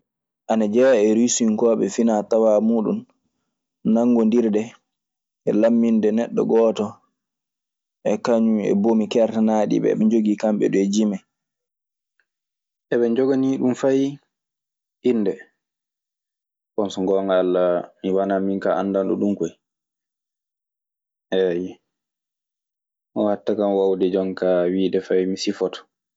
Ana jeyaa e rusi kooɓe finatawa mudun nagodirɗe, e laminde neɗo gooto, kaŋum e ɓomi kertanaɗi ɓe, heɓe dun e jimee. Eɓe njoganii ɗun fay innde. Bon, so ngoonga Alla mi wanaa min kaa anndanɗo ɗun koy. Eey. Ɗun hatta kan waawde jonkaa wiide fay mi sifoto.